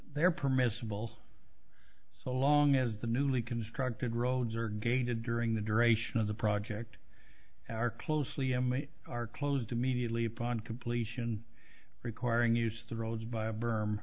there permissible so long as the newly constructed roads are gated during the duration of the project and are closely m e are closed immediately upon completion requiring use the roads by